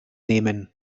nehmen